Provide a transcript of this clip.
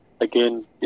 again